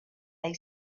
lay